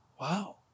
Wow